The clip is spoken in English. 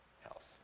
health